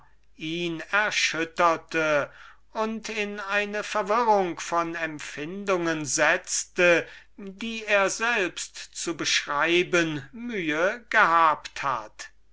ihn erschütterte und in eine verwirrung von empfindungen setzte die er selbst zu beschreiben mühe gehabt hat